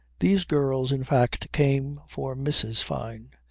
these girls in fact came for mrs. fyne.